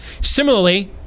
similarly